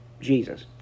Jesus